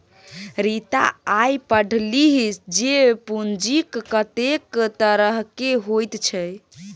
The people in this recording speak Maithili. रीता आय पढ़लीह जे पूंजीक कतेक तरहकेँ होइत छै